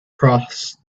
cross